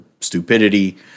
stupidity